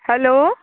hello